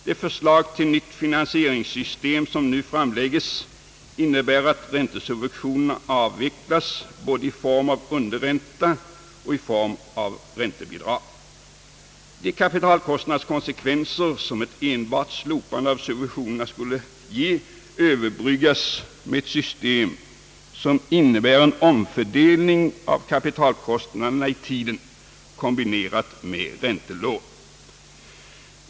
Det förslag till nytt finansieringssystem som nu framlägges innebär att räntesubventionerna avvecklas både i form av underränta och i form av räntebidrag. De kapitalkostnadskonsekvenser som ett enbart slopande av subventionerna skulle ge överbryggas med ett system, som innebär en omfördelning av kapitalkostnaderna i tiden kombinerat med räntelån.